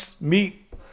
meet